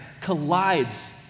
collides